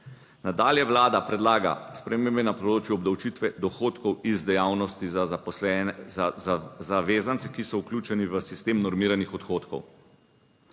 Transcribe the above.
Nadalje vlada predlaga spremembe na področju obdavčitve dohodkov iz dejavnosti za zavezance, ki so vključeni v sistem normiranih odhodkov.